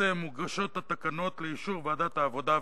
הנושא מוגשות התקנות לאישור ועדת העבודה,